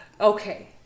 Okay